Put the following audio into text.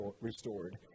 restored